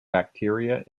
bacteria